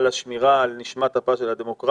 יש שמירה על נשמת אפה של הדמוקרטיה